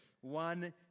one